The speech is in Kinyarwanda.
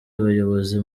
abayobozi